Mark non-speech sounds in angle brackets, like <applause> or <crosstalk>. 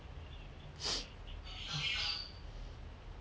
<noise>